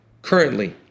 Currently